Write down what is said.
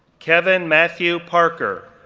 kevin matthew parker,